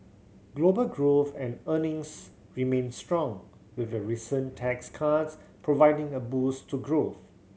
global growth and earnings remain strong with the recent tax cuts providing a boost to growth